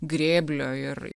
grėblio ir